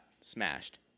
smashed